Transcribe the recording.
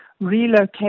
relocate